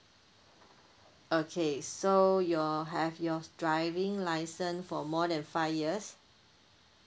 okay so your have your driving license for more than five years